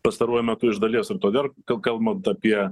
pastaruoju metu iš dalies o todėl kad kalbant apie